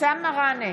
אבתיסאם מראענה,